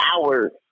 hours